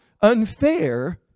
unfair